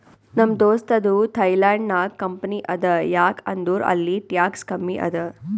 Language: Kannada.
ನಮ್ ದೋಸ್ತದು ಥೈಲ್ಯಾಂಡ್ ನಾಗ್ ಕಂಪನಿ ಅದಾ ಯಾಕ್ ಅಂದುರ್ ಅಲ್ಲಿ ಟ್ಯಾಕ್ಸ್ ಕಮ್ಮಿ ಅದಾ